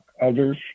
others